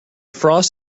frost